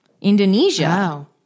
Indonesia